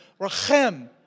Rachem